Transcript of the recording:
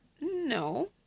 No